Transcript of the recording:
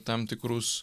tam tikrus